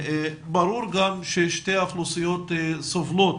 ברור גם ששתי האוכלוסיות סובלות